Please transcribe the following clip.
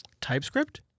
TypeScript